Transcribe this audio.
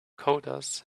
coders